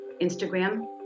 Instagram